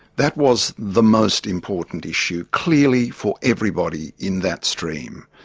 that was the most important issue, clearly, for everybody in that stream.